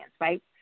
right